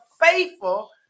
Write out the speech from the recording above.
faithful